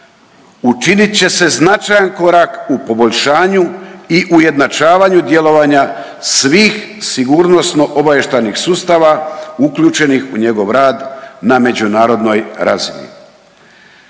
učinit će se značajan korak u poboljšanju i ujednačavanju djelovanja svih sigurnosno-obavještajnih sustava uključenih u njegov rad na međunarodnoj razini.